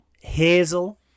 Hazel